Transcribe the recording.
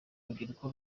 rubyiruko